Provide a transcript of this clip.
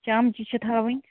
چمچہِ چھِ تھاوٕنۍ